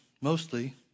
mostly